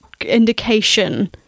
indication